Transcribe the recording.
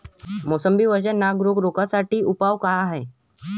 मोसंबी वरचा नाग रोग रोखा साठी उपाव का हाये?